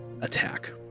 attack